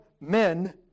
men